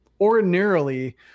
ordinarily